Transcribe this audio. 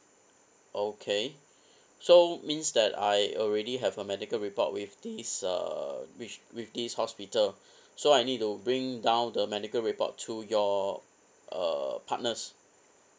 okay so means that I already have a medical report with this uh which with this hospital so I need to bring down the medical report to your uh partners